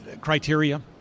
criteria